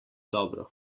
dobro